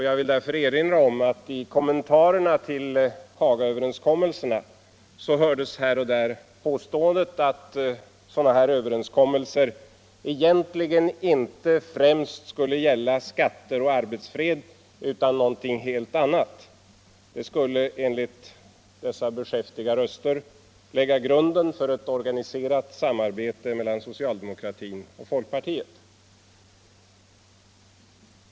Jag vill därför erinra om att i kommentarerna till Hagaöverenskommelserna hördes här och där påståendet att sådana här överenskommelser egentligen inte främst skulle gälla skatter och arbetsfred, utan någonting helt annat. De skulle, enligt dessa beskäftiga röster, lägga grunden för ett organiserat samarbete mellan socialdemokratin och folkpartiet.